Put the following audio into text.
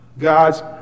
God's